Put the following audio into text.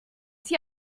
sie